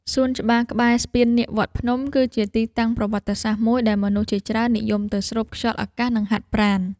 សួនច្បារក្បែរស្ពាននាគវត្តភ្នំ គឺជាទីតាំងប្រវត្តិសាស្ត្រមួយដែលមនុស្សជាច្រើននិយមទៅស្រូបខ្យល់អាកាស និងហាត់ប្រាណ។